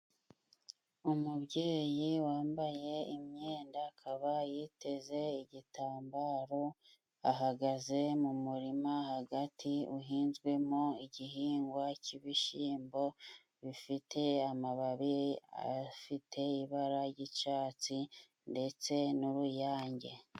Umubyeyi wambaye imyenda akaba yiteze igitambaro, ahagaze mu murima hagati uhinzwemo igihingwa cy'ibishyimbo, bifite amababi afite ibara ry'icatsi ndetse n'uruyange.